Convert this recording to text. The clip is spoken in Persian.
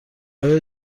آیا